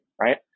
right